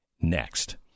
next